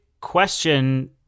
question